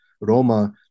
Roma